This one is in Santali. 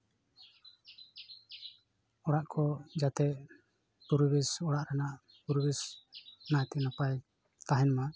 ᱚᱲᱟᱜ ᱠᱚ ᱡᱟᱛᱮ ᱯᱚᱨᱤᱵᱮᱥ ᱚᱲᱟᱜ ᱨᱮᱱᱟᱜ ᱯᱚᱨᱤᱵᱮᱥ ᱱᱟᱭᱛᱮ ᱱᱟᱯᱟᱭᱛᱮ ᱛᱟᱦᱮᱱᱢᱟ